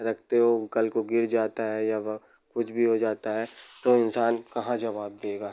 रखते हो कल को गिर जाता है या वो कुछ भी हो जाता है तो इंसान कहाँ जवाब देगा